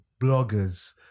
bloggers